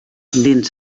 dins